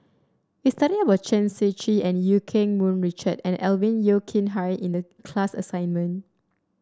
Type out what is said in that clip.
we studied about Chen Shiji and Eu Keng Mun Richard and Alvin Yeo Khirn Hai in the class assignment